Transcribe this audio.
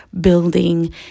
building